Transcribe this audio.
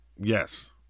Yes